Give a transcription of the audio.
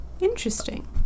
Interesting